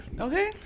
Okay